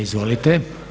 Izvolite.